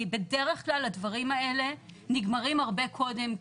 כי בדרך כלל הדברים האלה נגמרים הרבה קודם,